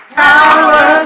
power